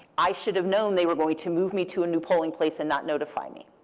i should have known they were going to move me to a new polling place and not notify me.